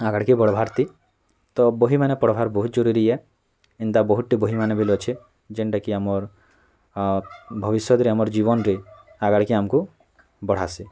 ଆଗାଡ଼୍କେ ବଢ଼୍ବାର୍ ତି ତ ବହିମାନେ ପଢ଼୍ବାର୍ ବହୁତ ଜରୁରୀ ଏ ଏନ୍ତା ବହୁଟେ ବହିମାନେ ବେଲେ ଅଛେ ଯେନ୍ଟାକି ଆମର୍ ଭବିଷ୍ୟତ୍ରେ ଆମର୍ ଜୀବନ୍ରେ ଆଗାଡ଼୍କେ ଆମ୍କୁ ବଢ଼ାସୁ